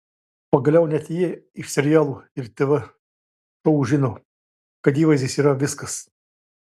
pagaliau net jie iš serialų ir tv šou žino kad įvaizdis yra viskas